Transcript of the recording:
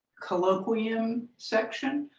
colloquium section,